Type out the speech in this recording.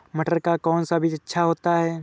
मटर का कौन सा बीज अच्छा होता हैं?